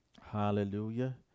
Hallelujah